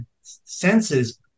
senses